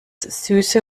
süße